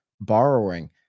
borrowing